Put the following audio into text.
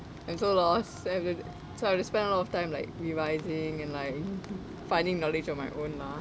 I'm so lost so I have to spend a lot of time like revising and like finding knowledge on my own lah